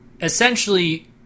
essentially